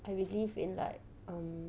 I believe in like um